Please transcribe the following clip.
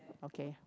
okay